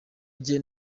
rye